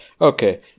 Okay